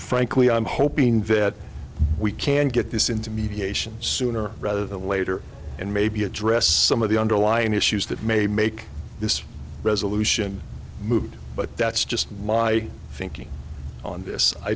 frankly i'm hoping that we can get this into mediation sooner rather than later and maybe address some of the underlying issues that may make this resolution move but that's just my thinking on this i